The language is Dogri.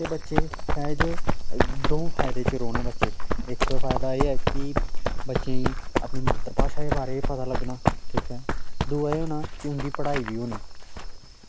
ते बच्चे शायद द'ऊं फायदे च रौह्ने बच्चे इक्क फायदा एह् ऐ कि बच्चें ई अपनी मात्तर भाशा दे बारै च पता लग्गना ठीक ऐ दूआ एह् होना कि उं'दी पढ़ाई बी होनी